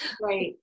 right